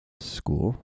school